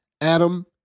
Adam